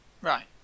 Right